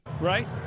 Right